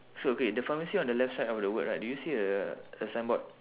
so okay the pharmacy on the left side of the word right do you see a a signboard